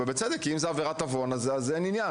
אז אם זה נגמר בעבירת עוון אין עניין